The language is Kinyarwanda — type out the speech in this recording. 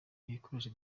ibikoresho